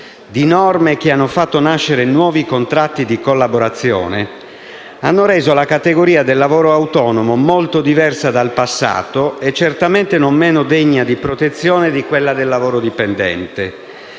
di norme che hanno fatto nascere nuovi contratti di collaborazione, ha reso la categoria del lavoro autonomo molto diversa dal passato, e certamente non meno degna di protezione di quella del lavoro dipendente.